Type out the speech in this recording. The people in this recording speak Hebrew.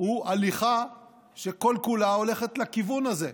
הוא הליכה שכל-כולה הולכת לכיוון הזה.